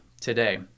today